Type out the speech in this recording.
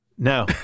No